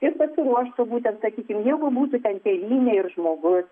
ir pasiruoštų būtent sakykim jeigu būtų tėvynė ir žmogus